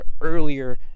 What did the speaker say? earlier